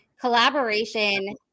collaboration